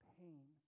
pain